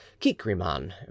kikriman